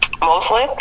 mostly